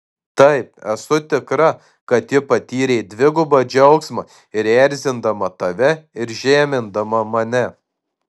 taip esu tikra kad ji patyrė dvigubą džiaugsmą ir erzindama tave ir žemindama mane